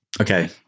okay